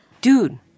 Dude